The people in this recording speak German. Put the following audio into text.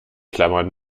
klammern